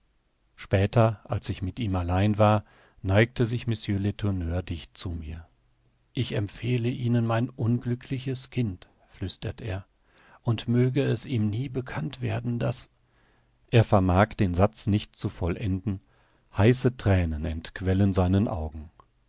später als ich mit ihm allein war neigte sich mr letourneur dicht zu mir ich empfehle ihnen mein unglückliches kind flüstert er und möge es ihm nie bekannt werden daß er vermag den satz nicht zu vollenden heiße thränen entquellen seinen augen